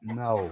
no